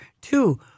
two